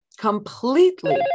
completely